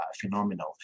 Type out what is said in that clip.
phenomenal